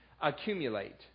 accumulate